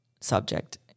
subject